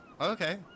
Okay